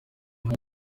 kuko